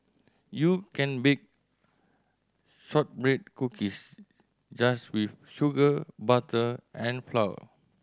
you can bake shortbread cookies just with sugar butter and flour